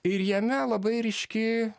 ir jame labai ryški